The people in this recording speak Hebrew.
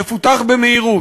יפותח במהירות.